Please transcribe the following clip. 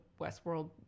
Westworld